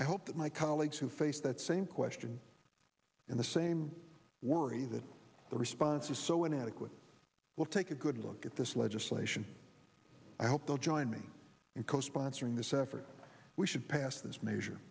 i hope that my colleagues who face that same question in the same worry that the response is so inadequate will take a good look at this legislation i hope they'll join me in co sponsoring this effort we should pass this m